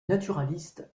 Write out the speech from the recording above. naturaliste